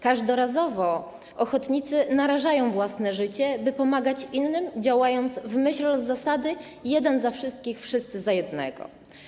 Każdorazowo ochotnicy narażają własne życie, by pomagać innym, działając w myśl zasady: jeden za wszystkich, wszyscy za jednego.